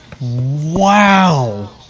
wow